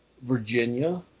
Virginia